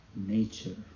nature